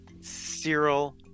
Cyril